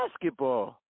basketball